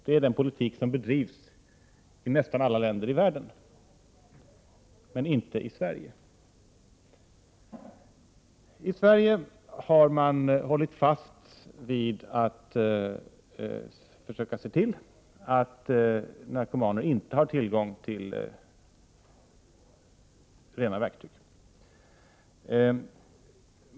Det är den politik som bedrivs i nästan alla länder i världen. Men inte i Sverige. I Sverige har man hållit fast vid att försöka se till att narkomaner inte har tillgång till rena verktyg.